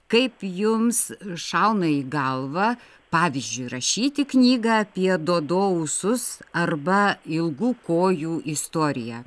kaip jums šauna į galvą pavyzdžiui rašyti knygą apie dodo ūsus arba ilgų kojų istoriją